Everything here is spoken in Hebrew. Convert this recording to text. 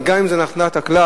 וגם אם זה נחלת הכלל,